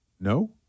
No